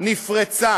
נפרצה